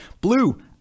blue